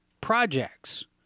projects